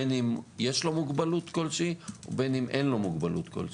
בין אם יש לו מוגבלות כלשהי ובין אם אין לו מוגבלות כלשהי,